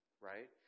right